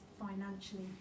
financially